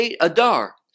Adar